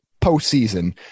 postseason